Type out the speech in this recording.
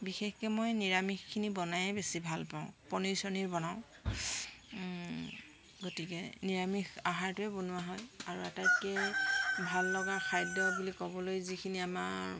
বিশেষকৈ মই নিৰামিষখিনি বনায়েই বেছি ভাল পাওঁ পনীৰ চনীৰ বনাওঁ গতিকে নিৰামিষ আহাৰটোৱে বনোৱা হয় আৰু আটাইতকৈ ভাল লগা খাদ্য বুলি ক'বলৈ যিখিনি আমাৰ